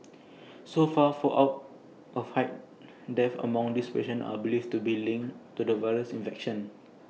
so far four out of eight deaths among these patients are believed to be linked to the virus infection